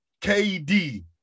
KD